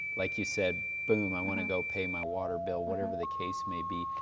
like you said, boom, i want to go pay my water bill, whatever the case may be,